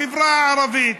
לחברה הערבית.